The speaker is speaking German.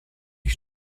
ich